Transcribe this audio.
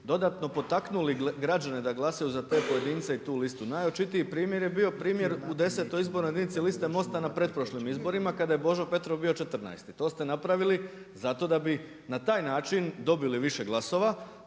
dodatno potaknuli građane da glasaju za te pojedince i tu listu. Najočitiji primjer je bio primjer u 10. izbornoj jedinici liste MOST-a na pretprošlim izborima kada je Božo Petrov bio 14. To ste napravili zato da bi na taj način dobili više glasova.